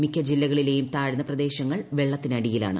മിക്ക ജില്ലകളിലെയും താഴ്ന്ന പ്രദേശങ്ങൾ വെള്ളത്തിനടിയിലാണ്